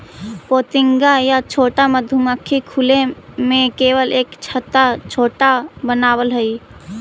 पोतिंगा या छोटा मधुमक्खी खुले में केवल एक छत्ता छोटा बनावऽ हइ